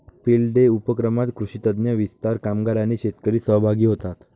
field day उपक्रमात कृषी तज्ञ, विस्तार कामगार आणि शेतकरी सहभागी होतात